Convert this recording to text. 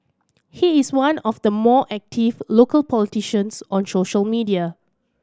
he is one of the more active local politicians on social media